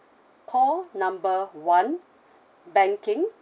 call number one banking